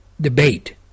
debate